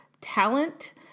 talent